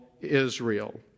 Israel